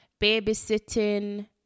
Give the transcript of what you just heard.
babysitting